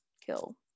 kill